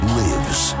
lives